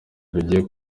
rugiye